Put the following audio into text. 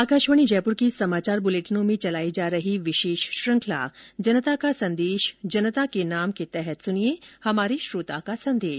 आकाशवाणी जयपुर के समाचार बुलेटिनों में चलाई जा रही विशेष श्रृखंला जनता का संदेश जनता के नाम के तहत सुनिये हमारे श्रोता का संदेश